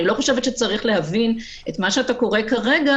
אני לא חושבת שצריך להבין את מה שאתה קורא כרגע